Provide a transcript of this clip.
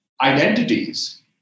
identities